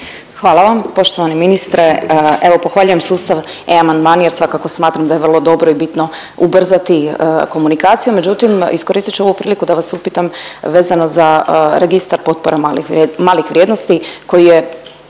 Hvala vam. Poštovani ministre evo pohvaljujem sustav e-amandmani jer svakako smatram da je vrlo dobro i bitno ubrzati komunikaciju, međutim iskoristit ću ovu priliku da vas upitam vezano za Registar potpora malih vrijednosti koji je